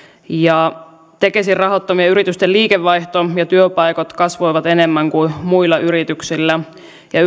tekesin rahoittamien yritysten liikevaihto ja työpaikat kasvoivat enemmän kuin muilla yrityksillä ja